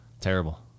Terrible